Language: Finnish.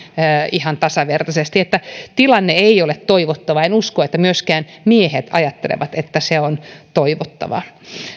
ihan tasavertaisesti että tilanne ei ole toivottava en usko että myöskään miehet ajattelevat että se on toivottava